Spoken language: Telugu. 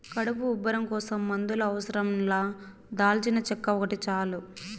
కడుపు ఉబ్బరం కోసం మందుల అవసరం లా దాల్చినచెక్క ఒకటి చాలు